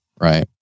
right